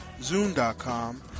Zoom.com